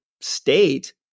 state